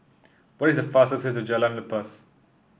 what is the fastest way to Jalan Lepas